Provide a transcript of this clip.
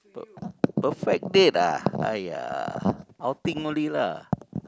pe~ perfect date ah !aiya! outing only lah